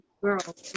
Girl